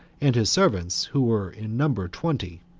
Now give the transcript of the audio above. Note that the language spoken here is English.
and his servants, who were in number twenty.